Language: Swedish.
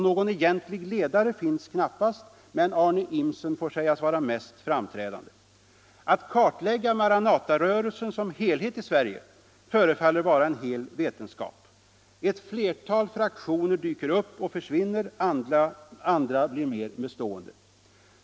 Någon egentlig ledare finns knappast, men Arne Imsen får sägas vara mest framträdande. Att kartlägga Maranatarörelsen som helhet i Sverige förefaller vara en hel vetenskap. Ett flertal fraktioner dyker upp och försvinner, andra blir mer bestående.